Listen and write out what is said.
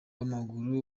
w’amaguru